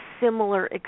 similar